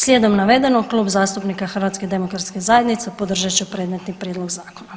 Slijedom navedenog Klub zastupnika HDZ-a podržat će predmetni prijedlog zakona.